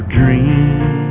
dream